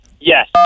Yes